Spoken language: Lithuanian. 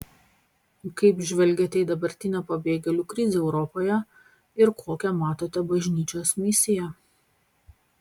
kaip žvelgiate į dabartinę pabėgėlių krizę europoje ir kokią matote bažnyčios misiją